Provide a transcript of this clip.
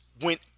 went